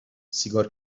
سیگار